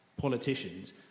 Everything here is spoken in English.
politicians